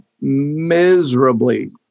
miserably